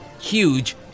huge